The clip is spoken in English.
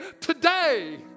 today